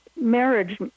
marriage